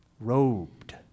robed